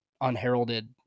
unheralded